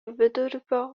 vidurupio